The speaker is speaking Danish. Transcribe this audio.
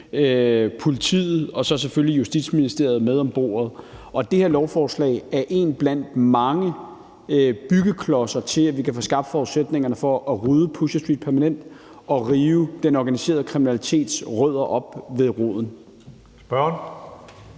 politiet, og så er Justitsministeriet selvfølelig selv med ved bordet. Det her lovforslag er en blandt mange byggeklodser til, at vi kan få skabt forudsætningerne for at rydde Pusher Street permanent og rive den organiserede kriminalitet op ved roden. Kl.